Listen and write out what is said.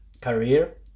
career